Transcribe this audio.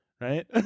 right